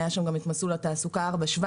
היה שם גם את מסלול התעסוקה 417,